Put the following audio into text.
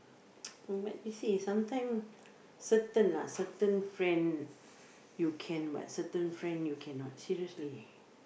but you see sometime certain lah certain friend you can but certain friend you cannot seriously